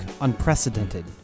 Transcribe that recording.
Unprecedented